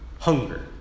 Hunger